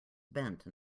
bent